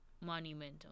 monumental